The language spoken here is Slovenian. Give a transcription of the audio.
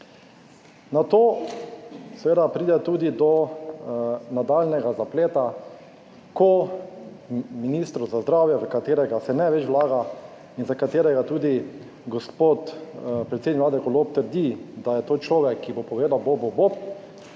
Nato seveda pride tudi do nadaljnjega zapleta, ko ministru za zdravje, v katerega se največ vlaga in za katerega tudi gospod predsednik vlade Golob trdi, da je to človek, ki bo povedal bobu bob,